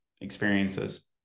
experiences